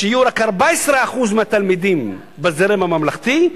שיהיו רק 14% מהתלמידים בזרם הממלכתי,